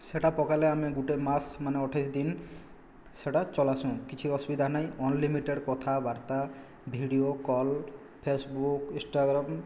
ସେଇଟା ପକାଇଲେ ଆମେ ଗୁଟେ ମାସ୍ ମାନେ ଅଠେଇଶି ଦିନ୍ ସେଇଟା ଚଲାସୁଁ କିଛି ଅସୁବିଧା ନାଇଁ ଅନଲିମିଟେଡ଼୍ କଥାବାର୍ତ୍ତା ଭିଡ଼ିଓ କଲ୍ ଫେସବୁକ୍ ଇନ୍ଷ୍ଟାଗ୍ରାମ୍